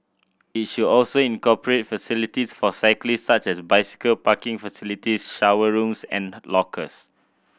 it should also incorporate facilities for cyclists such as bicycle parking facilities shower rooms and lockers